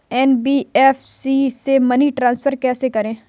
NBFC से money transfer कैसे करें?